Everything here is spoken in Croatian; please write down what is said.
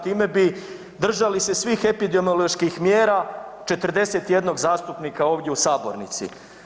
Time bi držali se svih epidemioloških mjera, 41 zastupnika ovdje u sabornici.